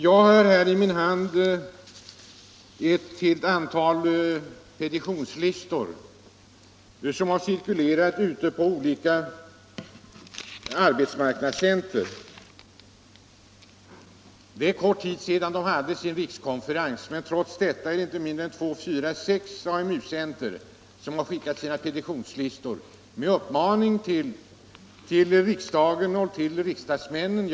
Jag har här i min hand ett antal petitionslistor som har cirkulerat på olika AMU-centra. Det är kort tid sedan dessa elever höll sin rikskonferens, men trots detta har inte mindre än sex AMU-centra skickat runt petitionslistor bland eleverna med en uppmaning till riksdagen och riksdagsmännen.